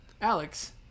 Alex